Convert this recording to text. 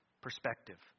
perspective